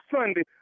Sunday